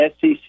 SEC